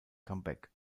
comeback